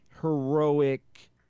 heroic